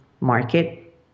market